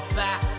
back